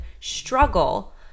struggle